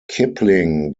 kipling